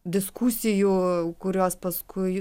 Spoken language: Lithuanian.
diskusijų kurios paskui